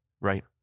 Right